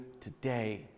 today